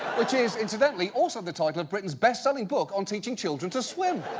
which is, incidentally, also the title of britain's best-selling book on teaching children to swim.